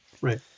Right